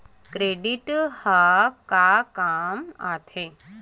Credit ह का काम आथे?